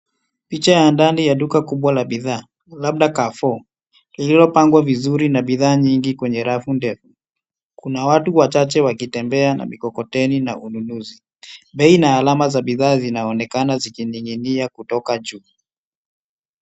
Picha ya ndani ya duka kubwa la bidhaa labda carrefour liililopangwa vizuri na bidhaa nyingi kwenye rafu ndefu kuna watu wachache wakitembea na mikokoteni na ununuzi bei na alama za bidhaa zinaonekana zikininginia kutoka juu.